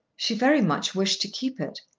she very much wished to keep it.